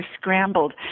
scrambled